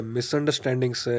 Misunderstandings